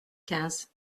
quinze